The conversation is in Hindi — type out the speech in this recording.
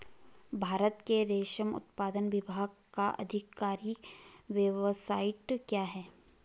भारत के रेशम उत्पादन विभाग का आधिकारिक वेबसाइट क्या है?